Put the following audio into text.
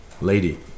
lady